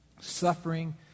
suffering